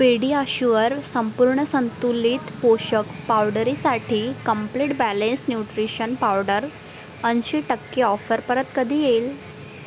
PediaSure संपूर्ण संतुलित पोषक पावडरीसाठी कम्प्लीट बॅलेन्स्ड न्यूट्रिशन पावडर ऐंशी टक्के ऑफर परत कधी येईल